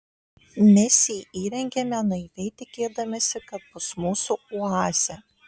mes jį įrengėme naiviai tikėdamiesi kad bus mūsų oazė